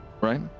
Right